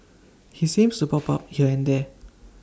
he seems to pop up here and there